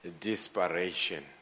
desperation